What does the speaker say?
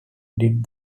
did